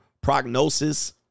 prognosis